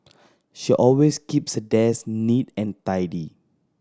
she always keeps her desk neat and tidy